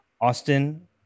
Austin